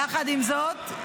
יחד עם זאת,